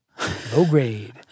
low-grade